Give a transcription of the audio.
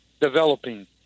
developing